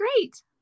great